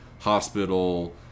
hospital